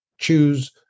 choose